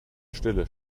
stille